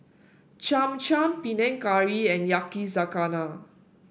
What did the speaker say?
Cham Cham Panang Curry and Yakizakana